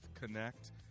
connect